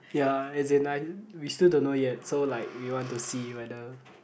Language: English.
ya as in I we still don't know yet so like we want to see whether